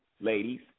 ladies